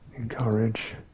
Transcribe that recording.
encourage